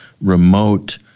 remote